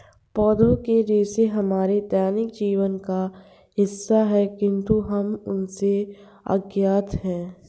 पौधों के रेशे हमारे दैनिक जीवन का हिस्सा है, किंतु हम उनसे अज्ञात हैं